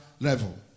level